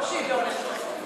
לא שהיא לא הולכת לעשות קניות.